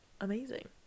amazing